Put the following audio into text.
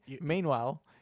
Meanwhile